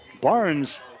Barnes